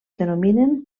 denominen